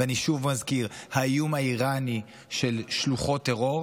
ואני שוב מזכיר: האיום האיראני של שלוחות טרור,